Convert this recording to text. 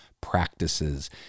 practices